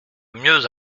mieux